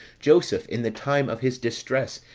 joseph, in the time of his distress,